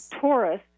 Taurus